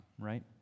Right